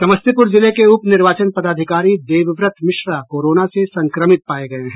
समस्तीपुर जिले के उप निर्वाचन पदाधिकारी देवव्रत मिश्रा कोरोना से संक्रमित पाये गये हैं